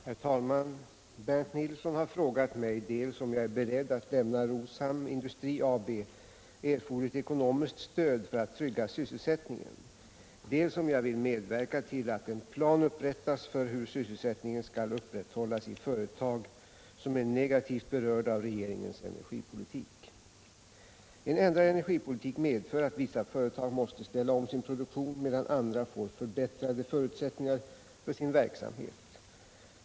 Herr talman! Bernt Nilsson har frågat mig dels om jag är beredd att lämna Roshamns Industri AB erforderligt ekonomiskt stöd för att trygga sysselsättningen, dels om jag vill medverka till att en plan upprättas för hur sysselsättningen skall upprätthållas i företag som är negativt berörda av regeringens energipolitik. En ändring av energipolitiken medför att vissa företag måste ställa om sin produktion, medan andra får förbättrade förutsättningar för sin verksamhet.